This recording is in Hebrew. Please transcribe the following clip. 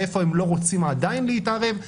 איפה הם לא רוצים עדיין להתערב.